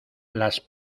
las